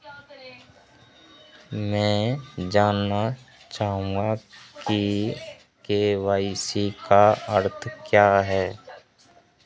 मैं जानना चाहूंगा कि के.वाई.सी का अर्थ क्या है?